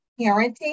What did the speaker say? Parenting